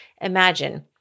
Imagine